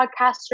podcaster